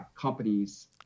companies